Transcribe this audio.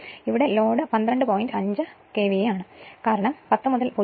അതിനാൽ ലോഡ് പന്ത്രണ്ട് point 5 KVA ആണ് കാരണം 10 മുതൽ 0